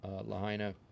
Lahaina